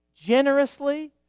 generously